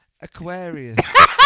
Aquarius